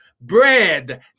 bread